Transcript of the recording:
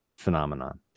phenomenon